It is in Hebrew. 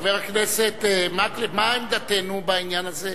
חבר הכנסת מקלב, מה עמדתנו בעניין הזה?